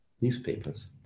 Newspapers